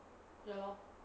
ya lor